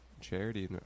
charity